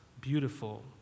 beautiful